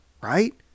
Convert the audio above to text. right